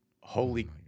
holy